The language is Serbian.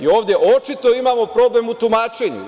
Ovde očito imamo problem u tumačenju.